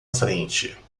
frente